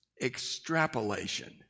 Extrapolation